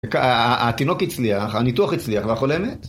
התינוק הצליח, הניתוח הצליח, והחולה מת.